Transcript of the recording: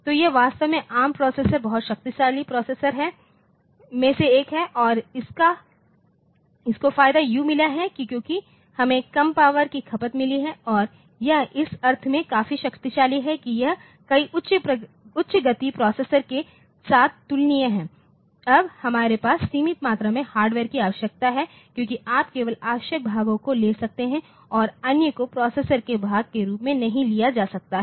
तो यह वास्तव में एआरएम प्रोसेसर बहुत शक्तिशाली प्रोसेसर में से एक है और इसको फायदा यू मिला है कि क्योंकि हमें कम पावर की खपत मिली है और यह इस अर्थ में काफी शक्तिशाली है कि यह कई उच्च गति प्रोसेसर के साथ तुलनीय है अब हमारे पास सीमित मात्रा में हार्डवेयर की आवश्यकता है क्योंकि आप केवल आवश्यक भागों को ले सकते हैं और अन्य को प्रोसेसर के भाग के रूप में नहीं लिया जा सकता है